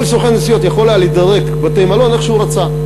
כל סוכן נסיעות יכול היה לדרג בתי-מלון איך שהוא רצה.